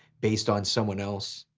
based on someone else.